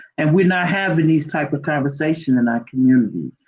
and we're not having these types of conversations in our community,